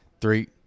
three